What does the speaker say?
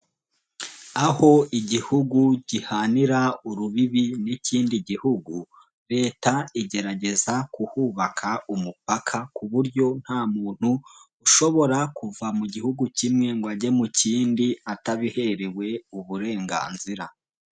Aho igihugu gihanira urubibi n'ikindi gihugu, Leta igerageza kuhubaka umupaka, ku buryo nta muntu ushobora kuva mu gihugu kimwe ngo ajye mu kindi atabiherewe uburenganzira.